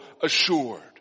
assured